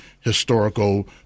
historical